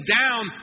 down